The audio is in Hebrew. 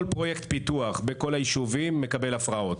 כל פרויקט פיתוח בכל היישובים נתקל בהפרעות.